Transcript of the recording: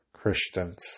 Christians